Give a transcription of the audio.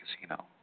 casino